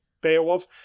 Beowulf